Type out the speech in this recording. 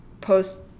post